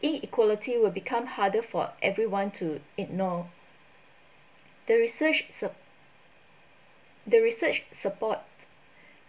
inequality will become harder for everyone to ignore the research sup~ the research support